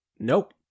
nope